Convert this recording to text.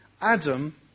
Adam